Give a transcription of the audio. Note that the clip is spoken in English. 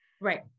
Right